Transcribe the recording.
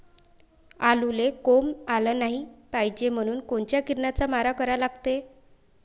आलूले कोंब आलं नाई पायजे म्हनून कोनच्या किरनाचा मारा करा लागते?